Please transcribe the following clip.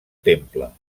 temple